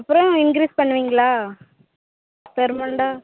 அப்புறம் இன்க்ரீஸ் பண்ணுவீங்களா பர்மணட்டா